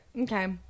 okay